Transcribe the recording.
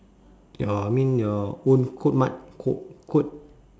your I mean your own code mat code code